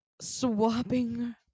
swapping